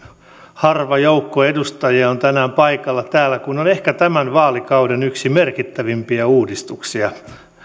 harva joukko edustajia on tänään paikalla täällä kun on yksi ehkä tämän vaalikauden merkittävimpiä uudistuksia